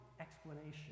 explanation